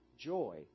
Joy